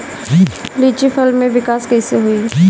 लीची फल में विकास कइसे होई?